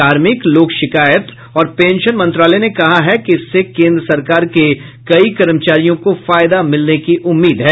कार्मिक लोक शिकायत और पेंशन मंत्रालय ने कहा है कि इससे केंद्र सरकार के कई कर्मचारियों को फायदा मिलने की उम्मीद है